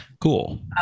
Cool